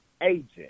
agent